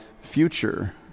future